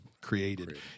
created